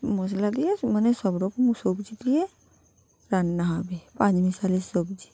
মশলা দিয়ে মানে সব রকম সবজি দিয়ে রান্না হবে পাঁচ মিশালি সবজি